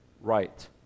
right